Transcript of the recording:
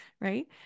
right